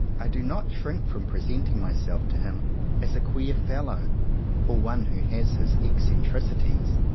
i do not shrink from presenting myself to him as a queer fellow or one who has his eccen tricities.